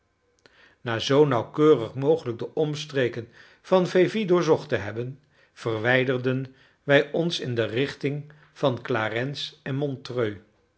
na zoo nauwkeurig mogelijk de omstreken van vevey doorzocht te hebben verwijderden wij ons in de richting van clarens en montreux